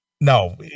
No